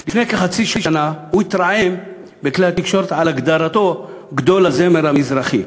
לפני כחצי שנה הוא התרעם בכלי התקשורת על הגדרתו "גדול הזמר המזרחי",